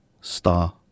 Star